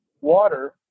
water